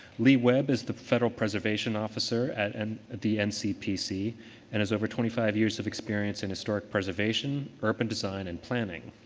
lee webb is the federal preservation officer at and the ncpc and has over twenty five years of experience in historic preservation, urban design and planning.